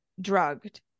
drugged